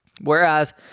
Whereas